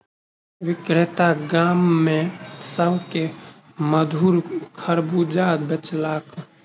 विक्रेता गाम में सभ के मधुर खरबूजा बेचलक